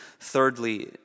Thirdly